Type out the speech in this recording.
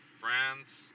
France